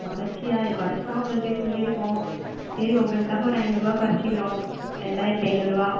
குறச்சியா குறச்சிதான் உங்கள்ட்டே சொல்லியிருக்கோம் சரி உங்களுக்காக ஒரு ஐநூறுவா குறச்சிக்கிறோம் ரெண்டாயிரத்து ஐநூறுவா